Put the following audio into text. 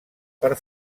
per